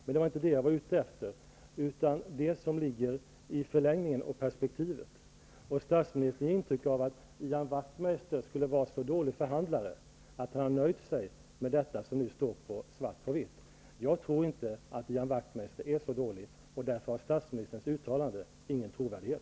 Men det var inte det jag var ute efter, utan det som ligger i förlängningen. Statsministern gav intryck av att Ian Wachtmeister skulle vara så dålig förhandlare att han nöjde sig med detta som nu står svart på vitt. Jag tror inte att Ian Wachtmeister är så dålig. Därför har statsministerns uttalande ingen trovärdighet.